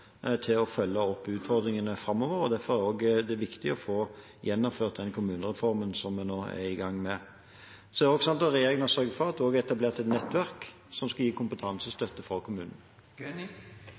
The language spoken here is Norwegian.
til å følge opp utfordringene framover. Derfor er det også viktig å få gjennomført den kommunereformen som vi nå er i gang med. Så har regjeringen sørget for at det er etablert et nettverk som skal gi